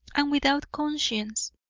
and without conscience.